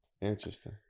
Interesting